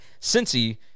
Cincy